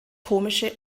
komische